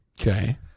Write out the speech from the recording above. Okay